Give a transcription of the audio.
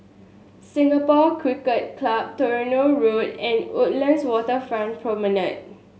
Singapore Cricket Club Tronoh Road and Woodlands Waterfront Promenade